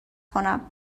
کنم